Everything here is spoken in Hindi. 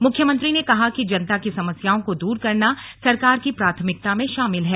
मुख्यमंत्री ने कहा कि जनता की समस्याओं को दूर करना सरकार की प्राथमिकता में शामिल है